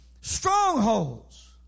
strongholds